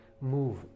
move